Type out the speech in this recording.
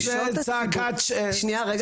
שנייה רגע,